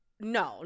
No